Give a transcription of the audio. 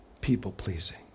people-pleasing